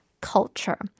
culture